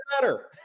better